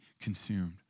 consumed